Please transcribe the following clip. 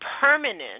permanent